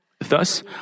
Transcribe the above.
Thus